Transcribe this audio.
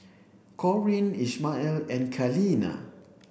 Corinne Ishmael and Kaleena